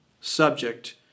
subject